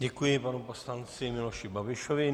Děkuji panu poslanci Miloši Babišovi.